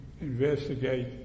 investigate